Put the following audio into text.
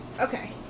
Okay